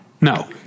No